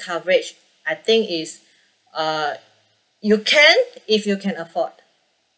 coverage I think it's uh you can if you can afford